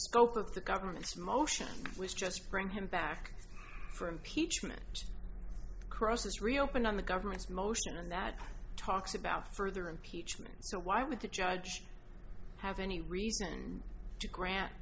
scope of the government's motion was just bring him back for impeachment process reopen on the government's motion and that talks about further impeachment so why would the judge have any reason to grant